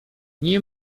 nie